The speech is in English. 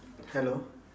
hello